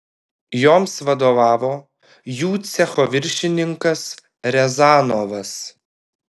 joms vadovavo jų cecho viršininkas riazanovas